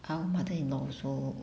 now mother-in-law also